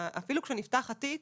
אפילו כשנפתח התיק,